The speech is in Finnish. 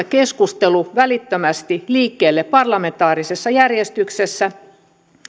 keskustelu välittömästi liikkeelle parlamentaarisessa järjestyksessä